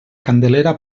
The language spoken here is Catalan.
candelera